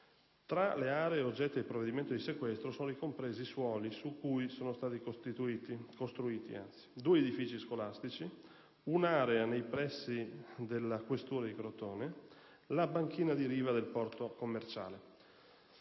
Tra le aree oggetto del provvedimento di sequestro sono ricompresi suoli su cui sono stati costruiti due edifici scolastici, un'area nei pressi della questura di Crotone e la banchina di riva del porto commerciale.